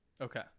Okay